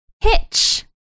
Hitch